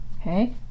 Okay